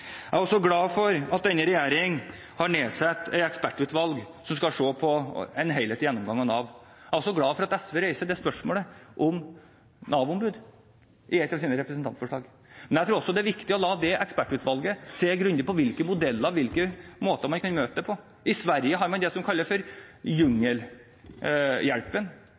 Jeg er glad for at denne regjeringen har nedsatt et ekspertutvalg som skal foreta en helhetlig gjennomgang av Nav. Jeg er også glad for at SV reiser spørsmålet om Nav-ombud i et av sine representantforslag, men jeg tror også det er viktig å la det ekspertutvalget se grundig på med hvilke modeller, hvilke måter man kan møte det på. I Sverige har man det som kalles